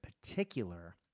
particular